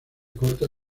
corta